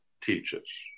teaches